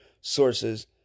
sources